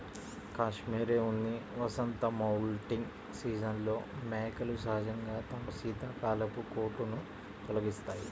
cashmere ఉన్ని వసంత moulting సీజన్లో మేకలు సహజంగా తమ శీతాకాలపు కోటును తొలగిస్తాయి